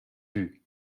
vue